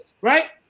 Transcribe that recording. right